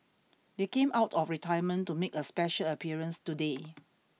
they came out of retirement to make a special appearance today